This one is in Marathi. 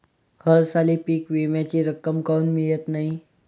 हरसाली पीक विम्याची रक्कम काऊन मियत नाई?